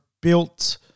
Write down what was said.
built